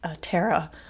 Tara